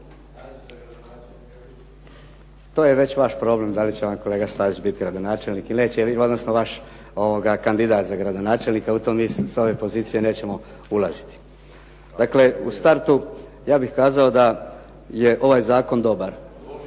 To je već vaš problem da li će vam kolega Stazić biti gradonačelnik ili neće. Ili odnosno vaš kandidat za gradonačelnika u to mi sa ove pozicije nećemo ulaziti. Dakle, u startu ja bih kazao da je ovaj zakon dobar.